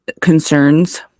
concerns